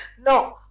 No